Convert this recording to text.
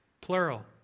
plural